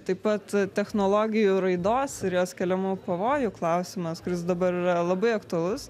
taip pat technologijų raidos ir jos keliamų pavojų klausimas kuris dabar yra labai aktualus